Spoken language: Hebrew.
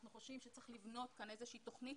אנחנו חושבים שצריך לבנות כאן איזושהי תכנית